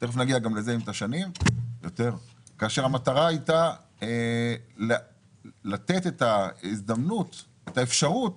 כאשר המטרה הייתה לתת את האפשרות